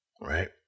right